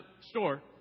store